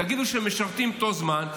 תגידו שהם משרתים את אותו זמן,